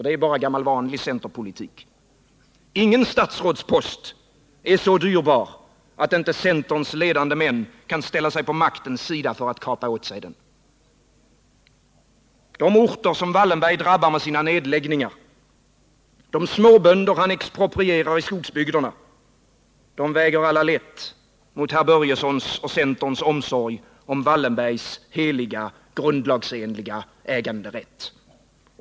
Det är bara gammal vanlig centerpolitik. Ingen statsrådspost är så dyrbar, att inte centerns ledande män kan ställa sig på maktens sida för att kapa åt sig den. De orter som Wallenberg drabbar med sina nedläggningar, de småbönder han exproprierar i skogsbygderna väger alla lätt mot herr Börjessons och centerns omsorg om Wallenbergs heliga, grundlagsenliga äganderätt.